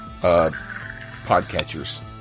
podcatchers